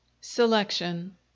Selection